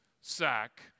sack